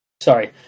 Sorry